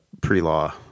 pre-law